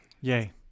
Yay